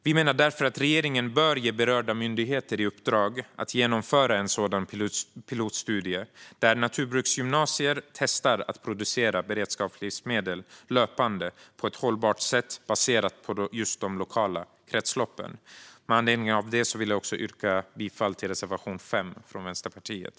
Vi menar därför att regeringen bör ge berörda myndigheter i uppdrag att genomföra en pilotstudie där naturbruksgymnasier testar att producera beredskapslivsmedel löpande på ett hållbart sätt baserat på just de lokala kretsloppen. Med anledning av detta vill jag yrka bifall till reservation 5 av Vänsterpartiet.